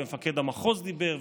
מפקד המחוז דיבר,